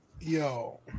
Yo